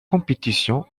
compétition